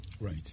Right